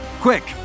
Quick